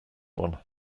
one